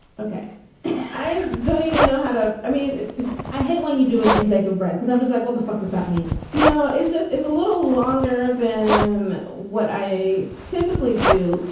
ok i don't even know how to. i mean i hate when you do an intake of breath because i'm just like what the fuck does that mean no it's just it's a little longer than what i typically do.